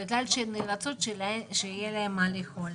בגלל שהן נאלצות לעבוד כדי שיהיה להן מה לאכול.